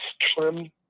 trim